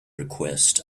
request